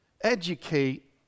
Educate